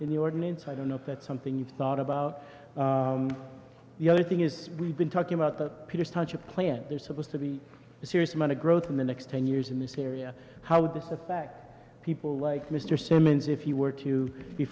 in the ordinance i don't know if that's something you've thought about the other thing is we've been talking about that peter such a plant there supposed to be a serious amount of growth in the next ten years in this area how would this affect people like mr simmons if he were to be